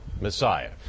messiah